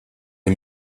les